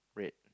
red